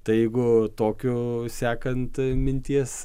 tai jeigu tokiu sekant minties